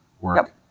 work